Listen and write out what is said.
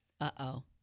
Uh-oh